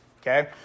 Okay